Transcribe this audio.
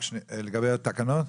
לגבי התקנות?